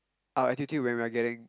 our attitude when we're getting